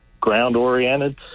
ground-oriented